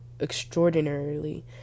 extraordinarily